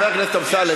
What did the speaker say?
חבר הכנסת אמסלם,